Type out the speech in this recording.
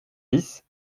dix